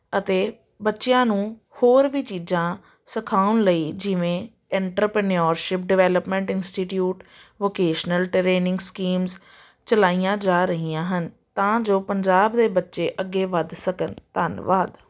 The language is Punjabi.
ਅਤੇ ਬੱਚਿਆਂ ਨੂੰ ਹੋਰ ਵੀ ਚੀਜ਼ਾਂ ਸਿਖਾਉਣ ਲਈ ਜਿਵੇਂ entrepreneurship development institute vocational training schemes ਚਲਾਈਆਂ ਜਾ ਰਹੀਆਂ ਹਨ ਤਾਂ ਜੋ ਪੰਜਾਬ ਦੇ ਬੱਚੇ ਅੱਗੇ ਵੱਧ ਸਕਣ ਧੰਨਵਾਦ